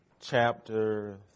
chapter